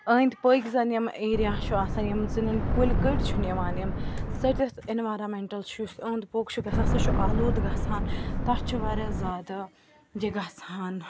أنٛدۍ پٔکۍ زَن یِم ایریا چھُ آسان یِم زن یِم کُلۍ کٔٔٹۍ چھِ نِوان یِم ژٔٹِتھ اینوارامنٹَل چھُ یُس أنٛدۍ پوٚک چھُ گَژھان سُہ چھُ آلوٗد گَژھان تَتھ چھُ واریاہ زیادٕ یہِ گَژھان